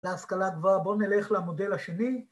‫להשכלה כבר, בואו נלך למודל השני.